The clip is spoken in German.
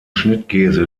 schnittkäse